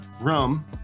rum